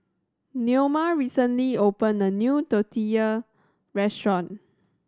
Neoma recently opened a new Tortillas Restaurant